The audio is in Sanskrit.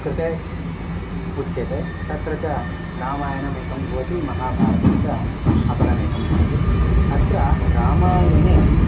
कृते उच्यते तत्र च रामायणमेकं भवति महाभारतं च अपरमेकं भवति अत्र रामायणे